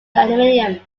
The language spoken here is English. aluminium